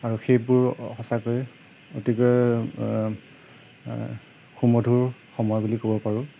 আৰু সেইবোৰ সঁচাকৈ অতিকৈ সুমধুৰ সময় বুলি ক'ব পাৰোঁ